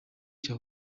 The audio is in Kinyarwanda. cya